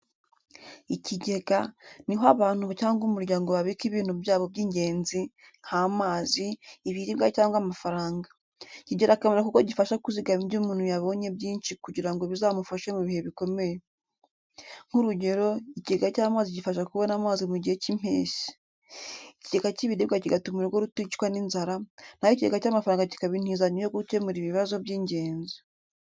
Ikigega ni aho abantu cyangwa umuryango babika ibintu byabo by’ingenzi, nk’amazi, ibiribwa cyangwa amafaranga. Kigira akamaro kuko gifasha kuzigama ibyo umuntu yabonye byinshi kugira ngo bizamufashe mu bihe bikomeye. Nk’urugero, ikigega cy’amazi gifasha kubona amazi mu gihe cy’impeshyi, ikigega cy’ibiribwa kigatuma urugo ruticwa n’inzara, na ho ikigega cy’amafaranga kikaba intizanyo yo gukemura ibibazo by’ingenzi.